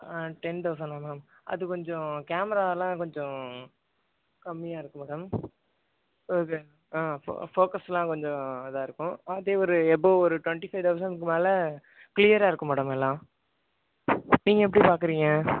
ten தெளசன்னா ma'am அது கொஞ்சம் கேமராலாம் கொஞ்சம் கம்மியாக இருக்கு மேடம் ஓகேங்க ஃபோ ஃபோக்கஸ்ஸில் கொஞ்சம் இதாகருக்கு அப்படியே ஒரு எபொவ் ஒரு டொண்டிஃபை தௌசண்ட்க்கு மேல் க்ளியரா இருக்கும் மேடம் எல்லாம் நீங்கள் எப்படி பார்க்றீங்க